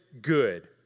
good